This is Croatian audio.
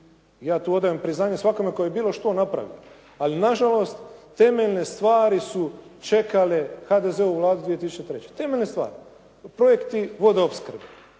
ja tu odajem priznanje svakome tko je bilo što napravio. Ali nažalost, temeljne stvari su čekale HDZ-ovu Vladu 2003., temeljne stvari. Projekti vodoopskrbe.